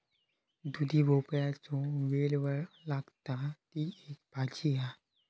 दुधी भोपळ्याचो वेल लागता, ती एक भाजी हा